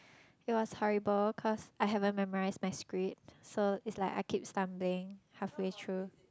it was horrible cause I haven't memorise my script so it's like I keep stumbling halfway through